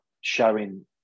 showing